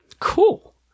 Cool